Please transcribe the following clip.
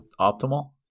optimal